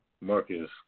Marcus